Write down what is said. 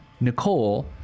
Nicole